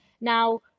Now